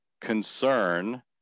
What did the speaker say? concern